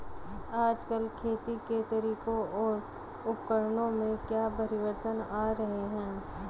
आजकल खेती के तरीकों और उपकरणों में क्या परिवर्तन आ रहें हैं?